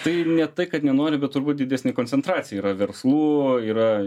tai ne tai kad nenori bet turbūt didesnė koncentracija yra verslų yra